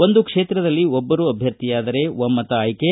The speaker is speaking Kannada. ಒಂದು ಕ್ಷೇತ್ರದಲ್ಲಿ ಒಬ್ಬರು ಭ್ಯರ್ಥಿಯಾದರೆ ಒಮ್ದತ ಆಯ್ಕೆ